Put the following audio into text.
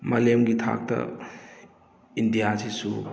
ꯃꯥꯂꯦꯝꯒꯤ ꯊꯥꯛꯇ ꯏꯟꯗꯤꯌꯥꯁꯤꯁꯨ